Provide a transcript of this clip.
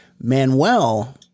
Manuel